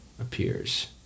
appears